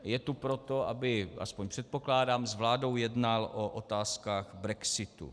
Je tu proto, aby aspoň předpokládám s vládou jednal o otázkách brexitu.